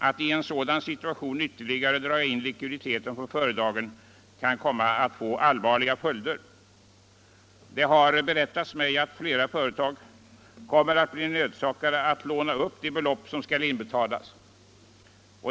Att i en sådan situation ytterligare dra in likviditeten från företagen kan komma att få allvarliga följder. Det har berättats mig att flera företag kommer att bli nödsakade att låna upp de belopp som skall inbetalas.